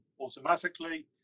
automatically